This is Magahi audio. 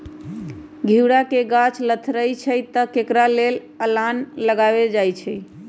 घिउरा के गाछ लथरइ छइ तऽ एकरा लेल अलांन लगायल जाई छै